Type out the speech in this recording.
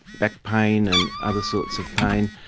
back pain and other sorts of pain,